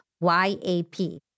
Y-A-P